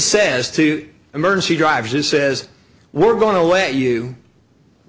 says to emergency drivers it says we're going to way you